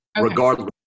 regardless